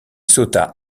sauta